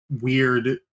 weird